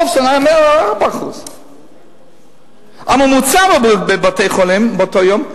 ב"וולפסון" היה 104%. הממוצע בבתי-החולים באותו יום,